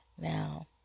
Now